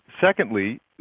Secondly